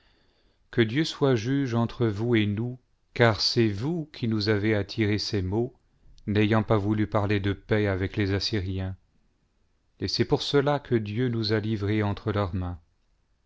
que dieu soit juge entre vous et nous car c'est vous qui nous avez attiré ces maux n'ayant pas voulu parler de paix avec les assyriens et c'est pour cela que dieu nous a livrés entre leurs mains